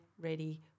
ready